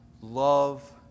Love